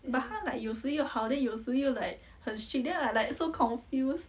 but 她 like 有时又好 then 有时又 like 很 strict then I like so confused